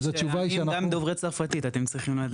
יש עניים גם דוברי צרפתית, אתם צריכים לדעת.